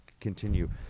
continue